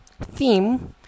theme